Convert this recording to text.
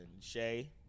Shay